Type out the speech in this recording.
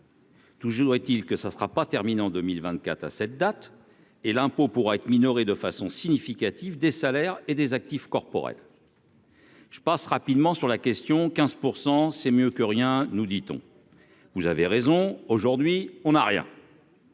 Toujours est-il que ça ne sera pas termine en 2000 24 à cette date, et l'impôt pourra être minorée de façon significative des salaires et des actifs corporels. Je passe rapidement sur la question quinze pour cent, c'est mieux que rien, nous dit-on, vous avez raison, aujourd'hui, on a rien.